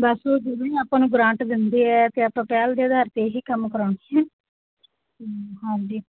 ਦੱਸ ਦਿਓ ਜਦੋਂ ਵੀ ਆਪਾਂ ਨੂੰ ਗਰਾਂਟ ਦਿੰਦੇ ਹੈ ਤਾਂ ਆਪਾਂ ਪਹਿਲ ਦੇ ਅਧਾਰ 'ਤੇ ਇਹ ਹੀ ਕੰਮ ਕਰਾਉਣੇ ਆ ਹਾਂਜੀ